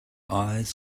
eyes